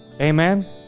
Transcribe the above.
Amen